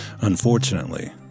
Unfortunately